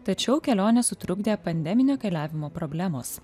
tačiau kelionę sutrukdė pandeminio keliavimo problemos